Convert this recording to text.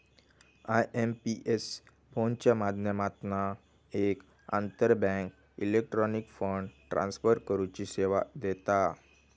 IMPS फोनच्या माध्यमातना एक आंतरबँक इलेक्ट्रॉनिक फंड ट्रांसफर करुची सेवा देता